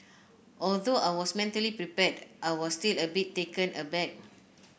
although I was mentally prepared I was still a bit taken aback